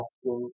asking